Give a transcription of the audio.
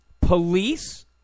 police